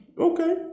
okay